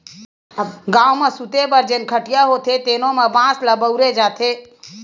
गाँव म सूते बर जेन खटिया होथे तेनो म बांस ल बउरे जाथे